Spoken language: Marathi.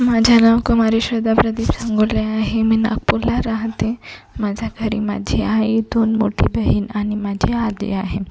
माझे नाव कुमारी श्रद्धा प्रदीप सांगोले आहे मी नागपूरला राहते माझ्या घरी माझी आई दोन मोठी बहीण आणि माझी आजी आहे